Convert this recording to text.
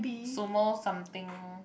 sumo something